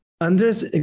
Andres